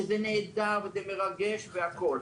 שזה נהדר וזה מרגש והכל.